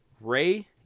Ray